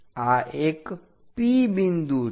આ એક P બિંદુ છે